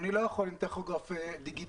אני לא יכול עם טכוגרף דיגיטלי.